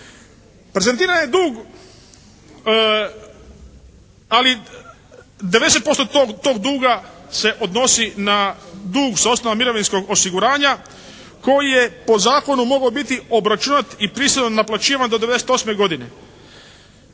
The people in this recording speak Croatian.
Prezentiran je dug ali 90% tog duga se odnosi na dug s osnovama mirovinskog osiguranja koji je po zakonu mogao biti obračunat i prisilno naplaćivan do '98. godine.